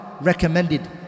recommended